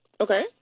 Okay